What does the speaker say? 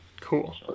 Cool